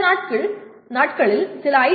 இந்த நாட்களில் சில ஐ